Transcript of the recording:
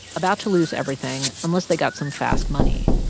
about to lose everything unless they got some fast money.